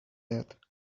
that